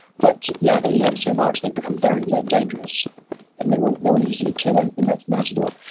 but yeah, they learn so much. they become very dangerous and they will they will easily kill and the next matador,